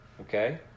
okay